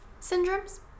syndromes